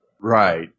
Right